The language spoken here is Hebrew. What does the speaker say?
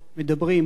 אוי לבושה.